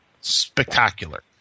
Spectacular